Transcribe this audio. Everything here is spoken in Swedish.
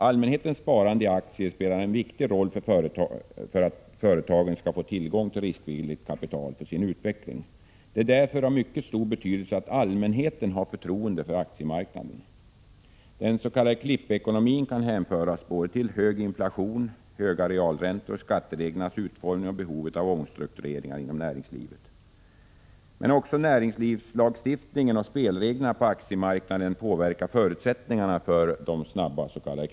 Allmänhetens sparande i aktier spelar en viktig roll för att företagen skall få tillgång till riskvilligt kapital för sin utveckling. Det är därför av mycket stor betydelse att allmänheten har förtroende för aktiemarknaden. Den s.k. klippekonomin kan hänföras till både hög inflation, höga realräntor, skattereglernas utformning och behovet av omstruktureringar inom näringslivet. Men också näringslivslagstiftningen och spelreglerna på aktiemarknaden påverkar förutsättningarna för de snabba ”klippen”.